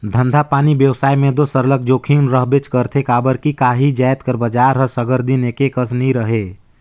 धंधापानी बेवसाय में दो सरलग जोखिम रहबेच करथे काबर कि काही जाएत कर बजार हर सगर दिन एके कस नी रहें